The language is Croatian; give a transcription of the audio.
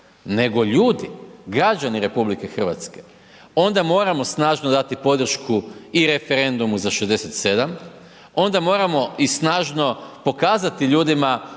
nego ljudi građani RH, onda moramo i snažno dati podršku i referendumu za 67, onda moramo i snažno pokazati ljudima